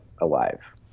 alive